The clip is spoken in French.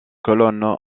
colonne